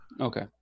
Okay